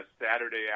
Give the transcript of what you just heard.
Saturday